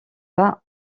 pas